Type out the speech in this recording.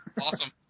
Awesome